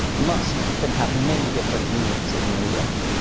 must can have many different meanings in english.